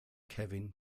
kevin